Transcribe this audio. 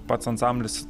pats ansamblis